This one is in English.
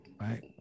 right